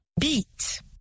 Beat